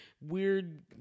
weird